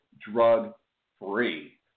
drug-free